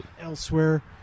elsewhere